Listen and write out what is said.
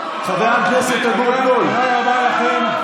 הכנסת אבוטבול, תודה רבה לכם.